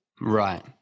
Right